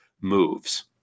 moves